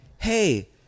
hey